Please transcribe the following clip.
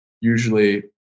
usually